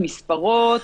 מספרות,